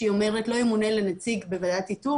שהיא אומרת לא ימונה לנציג בוועדת איתור